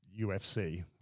UFC